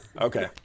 Okay